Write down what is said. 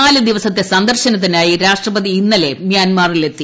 നാല് ദിവസത്തെ സന്ദർശ്ഗ്രഹത്തിനായി രാഷ്ട്രപതി ഇന്നലെ മ്യാൻമറിലെത്തി